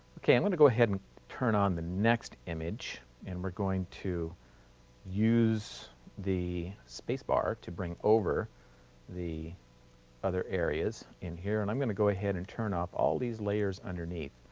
okay, i'm going to go ahead and turn on the next image and we're going to use the space bar to bring over the other areas in here and i'm going to go ahead and turn off all these layers underneath.